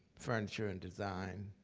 furniture and design,